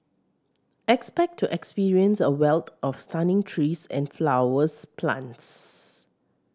expect to experience a wealth of stunning trees and flowers plants